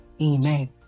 amen